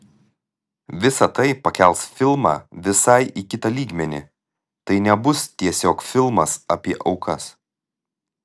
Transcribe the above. visa tai pakels filmą visai į kitą lygmenį tai nebus tiesiog filmas apie aukas